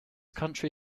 county